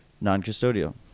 non-custodial